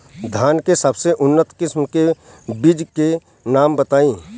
धान के सबसे उन्नत किस्म के बिज के नाम बताई?